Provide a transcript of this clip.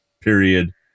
period